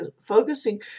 focusing